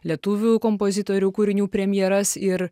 lietuvių kompozitorių kūrinių premjeras ir